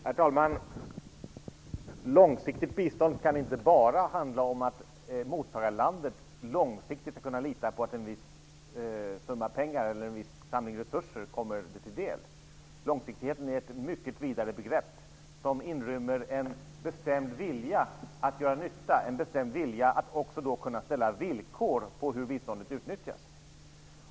Herr talman! Långsiktigt bistånd kan inte bara handla om att mottagarlandet långsiktigt skall kunna lita på att en viss summa pengar eller en viss samling resurser kommer landet till del. Långsiktighet är ett mycket vidare begrepp som inrymmer en bestämd vilja att göra nytta och att också kunna ställa villkor för hur biståndet skall utnyttjas.